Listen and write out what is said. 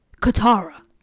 Katara